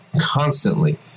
constantly